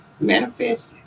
manifest